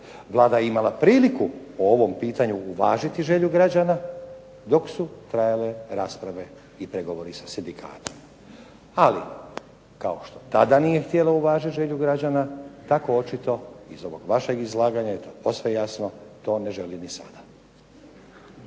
Vlada je imala priliku o ovom pitanju uvažiti želju građana dok su trajale rasprave i pregovori sa sindikatom. Ali kao što tada nije htjela uvažiti želju građana tako očito iz ovog vašeg izlaganja i to je posve jasno to ne želi ni sada.